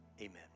Amen